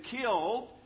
killed